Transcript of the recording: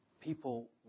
people